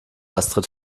astrid